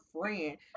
friend